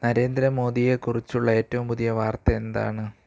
നരേന്ദ്ര മോഡിയേ കുറിച്ചുള്ള ഏറ്റവും പുതിയ വാർത്ത എന്താണ്